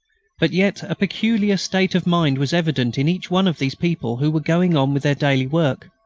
but yet a peculiar state of mind was evident in each one of these people who were going on with their daily work.